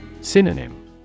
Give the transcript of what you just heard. synonym